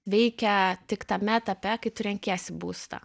veikia tik tame etape kai tu renkiesi būstą